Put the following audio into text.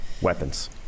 weapons